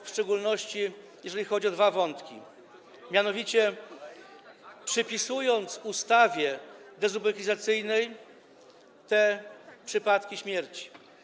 w szczególności jeżeli chodzi o dwa wątki, mianowicie, przypisując ustawie dezubekizacyjnej te przypadki śmierci.